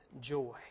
joy